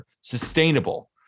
sustainable